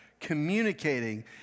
communicating